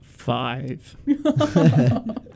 Five